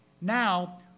Now